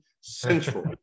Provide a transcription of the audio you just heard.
Central